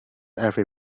every